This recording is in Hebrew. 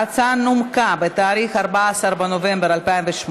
ההצעה נומקה בתאריך 14 בנובמבר 2018,